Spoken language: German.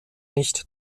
nicht